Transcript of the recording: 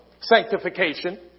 sanctification